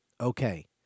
okay